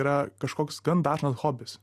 yra kažkoks gan dažnas hobis